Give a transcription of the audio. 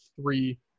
three